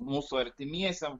mūsų artimiesiem